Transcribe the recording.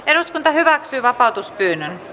eduskunta hyväksyi vapautuspyynnön